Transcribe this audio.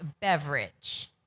beverage